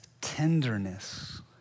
tenderness